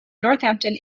northampton